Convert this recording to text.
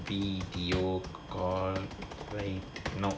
B_T_O call right no